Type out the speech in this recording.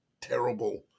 terrible